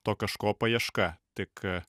to kažko paieška tik